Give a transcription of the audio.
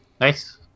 Nice